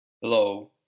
Hello